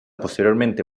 posteriormente